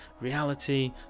reality